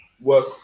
work